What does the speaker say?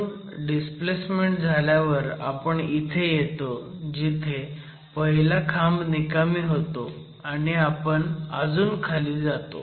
अजून डिस्प्लेसमेन्ट झाल्यावर आपण इथे येतो जिथे पहिला खांब निकामी होतो आणि आपण अजून खाली येतो